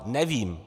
Nevím.